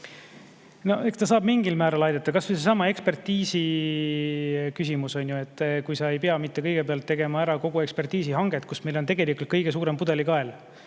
Eks ta saab mingil määral aidata, kas või seesama ekspertiisi küsimus on. On hea, kui sa ei pea kõigepealt tegema ära kogu ekspertiisihanget, kus meil on tegelikult kõige suurem pudelikael.